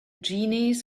genies